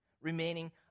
remaining